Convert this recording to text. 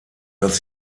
dass